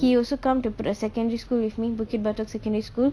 he also come to err~ secondary school with me bukit batok secondary school